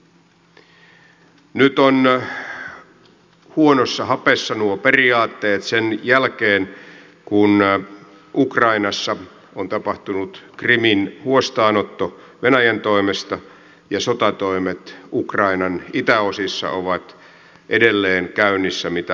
nyt ovat huonossa hapessa olleet nuo periaatteet sen jälkeen kun ukrainassa on tapahtunut krimin huostaanotto venäjän toimesta ja sotatoimet ukrainan itäosissa ovat edelleen käynnissä mitä vastenmielisimmällä tavalla